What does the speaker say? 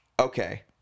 okay